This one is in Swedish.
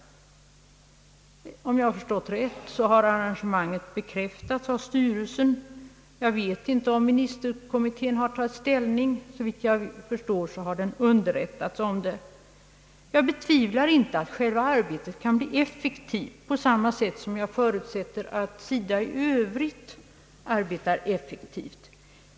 Om jag förstått rätt har arrangemanget bekräftats av styrelsen. Jag vet inte om ministerkommittén har tagit ställning. Såvitt jag förstår har den underrättats om det. Jag betvivlar inte att själva arbetet kan bli effektivt på samma sätt som jag förutsätter att SIDA i övrigt arbetar effektivt.